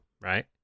right